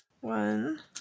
One